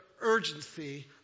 urgency